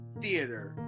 theater